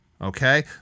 okay